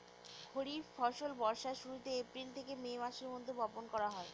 খরিফ ফসল বর্ষার শুরুতে, এপ্রিল থেকে মে মাসের মধ্যে, বপন করা হয়